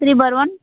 three bar one